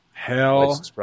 Hell